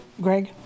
Greg